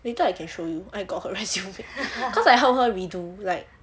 later I can show you I got her resume cause I help her redo like